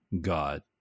God